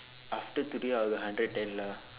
after today I will hundred ten lah